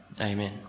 Amen